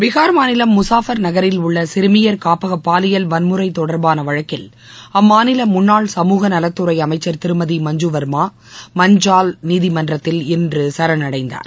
பீகார் மாநிலம் முசாபர் நகரில் உள்ள சிறுமியர் காப்பக பாலியல் வன்முறை தொடர்பான வழக்கில் அம்மாநில முன்னாள் சமூக நலத்துறை அமைச்சர் திருமதி மஞ்சு வர்மா மஞ்சுவல் நீதிமன்றத்தில் இன்ற சரணடைந்தார்